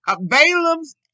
Balaam's